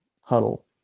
huddle